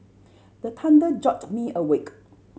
the thunder jolt me awake